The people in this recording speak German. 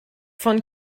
von